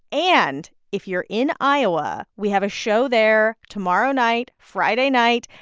and if you're in iowa, we have a show there tomorrow night, friday night.